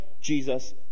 Jesus